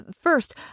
First